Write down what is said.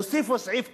הוסיפו סעיף קטן: